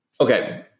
Okay